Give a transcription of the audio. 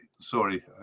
sorry